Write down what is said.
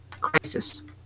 crisis